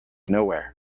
nowhere